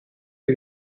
gli